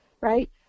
right